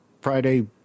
Friday